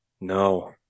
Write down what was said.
No